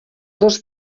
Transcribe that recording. dos